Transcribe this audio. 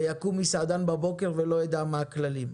ויקום מסעדן בבוקר ולא ידע מה הכללים.